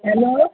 hello